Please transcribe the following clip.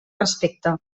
respecte